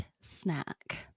snack